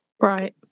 Right